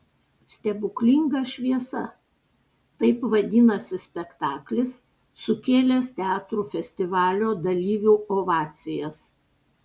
stebuklinga šviesa taip vadinasi spektaklis sukėlęs teatrų festivalio dalyvių ovacijas